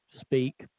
speak